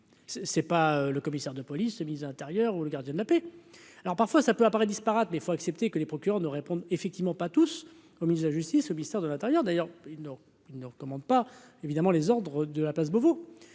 c'est pas le commissaire de police, le ministre de l'Intérieur, ou le gardien de la paix, alors parfois ça peut apparaît disparates les faut accepter que les procureurs ne répondent effectivement pas tous au milieu, la justice au ministère de l'Intérieur, d'ailleurs, non il ne recommande pas évidemment les ordres de la place Beauvau,